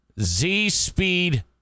Z-Speed